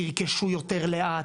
תרכשו יותר לאט,